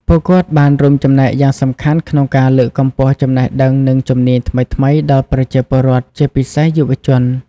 ពួកគាត់បានរួមចំណែកយ៉ាងសំខាន់ក្នុងការលើកកម្ពស់ចំណេះដឹង និងជំនាញថ្មីៗដល់ប្រជាពលរដ្ឋ ជាពិសេសយុវជន។